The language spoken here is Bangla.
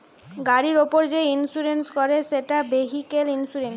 গাড়ির উপর যে ইন্সুরেন্স করে সেটা ভেহিক্যাল ইন্সুরেন্স